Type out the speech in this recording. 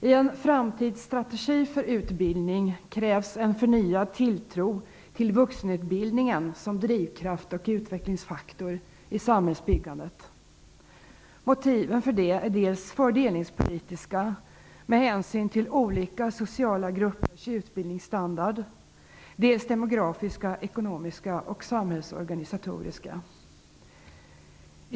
I en framtidsstrategi för utbildning krävs det förnyad tilltro till vuxenutbildningen som drivkraft och utvecklingsfaktor i samhällsbyggandet. Motiven för det är dels fördelningspolitiska med hänsyn till olika sociala gruppers utbildningsstandard, dels demografiska, ekonomiska och samhällsorganisatoriska.